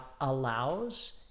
allows